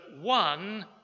one